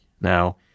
Now